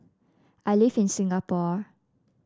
I live in Singapore